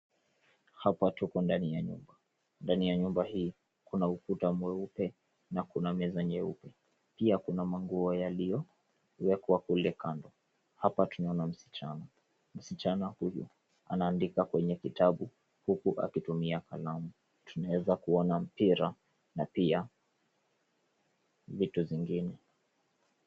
Hapa tuko ndani ya nyumba. Ndani ya nyumba hii kuna ukuta mweupe na kuna meza nyeupe. Pia kuna manguo yaliyowekwa kule kando. Hapa tunaona msichana ,msichana huyu anaandika kwenye kitabu huku akitumia kalamu .Tunaweza kuona mpira na pia vitu zingine.